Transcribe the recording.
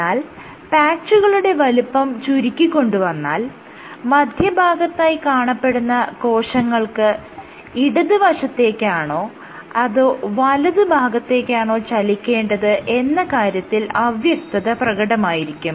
എന്നാൽ പാച്ചുകളുടെ വലുപ്പം ചുരുക്കികൊണ്ടുവന്നാൽ മധ്യഭാഗത്തായി കാണപ്പെടുന്ന കോശങ്ങൾക്ക് ഇടത് വശത്തേക്കാണോ അതോ വലത് ഭാഗത്തേക്കാണോ ചലിക്കേണ്ടത് എന്ന കാര്യത്തിൽ അവ്യക്തത പ്രകടമായിരിക്കും